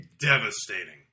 devastating